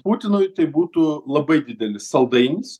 putinui tai būtų labai didelis saldainis